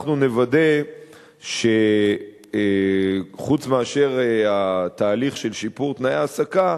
אנחנו נוודא שחוץ מאשר התהליך של שיפור תנאי ההעסקה